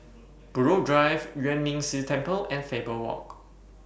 Buroh Drive Yuan Ming Si Temple and Faber Walk